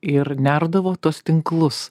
ir nerdavo tuos tinklus